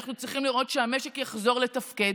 אנחנו צריכים לראות שהמשק יחזור לתפקד.